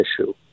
issue